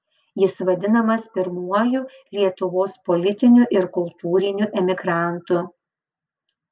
jis vadinamas pirmuoju lietuvos politiniu ir kultūriniu emigrantu